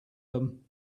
them